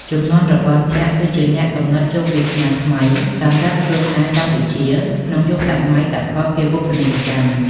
ជំនាន់របស់អ្នក គឺជាអ្នកកំណត់ជោគវាសនាថ្មីសម្រាប់គ្រួសារកម្ពុជាក្នុងយុគសម័យសកលភាវូបនីយកម្ម។